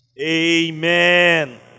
Amen